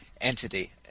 entity